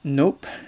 nope